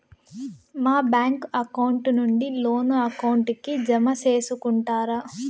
మా bank account నుండి loan account కి జామ సేసుకుంటారా?